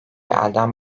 elden